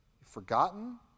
Forgotten